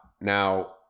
Now